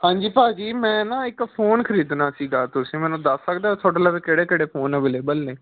ਹਾਂਜੀ ਭਾਅ ਜੀ ਮੈਂ ਨਾ ਇੱਕ ਫੋਨ ਖਰੀਦਣਾ ਸੀਗਾ ਤੁਸੀਂ ਮੈਨੂੰ ਦੱਸ ਸਕਦੇ ਤੁਹਾਡੇ ਲਵੇ ਕਿਹੜੇ ਕਿਹੜੇ ਫੋਨ ਅਵੇਲੇਬਲ ਨੇ